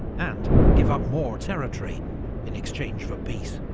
and give up more territory in exchange for peace.